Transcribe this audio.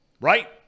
Right